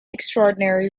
extraordinary